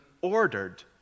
ordered